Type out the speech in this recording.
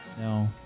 no